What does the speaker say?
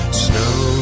snow